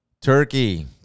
turkey